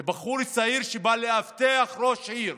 זה בחור ישראלי שבא לאבטח ראש עיר.